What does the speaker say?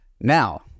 Now